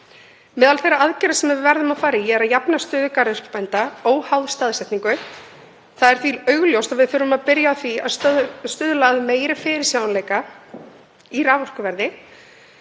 Meðal þeirra aðgerða sem við verðum að fara í er að jafna stöðu garðyrkjubænda óháð staðsetningu. Það er því augljóst að við þurfum að byrja á því að stuðla að meiri fyrirsjáanleika í raforkuverði.